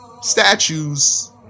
statues